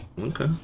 Okay